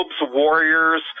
Warriors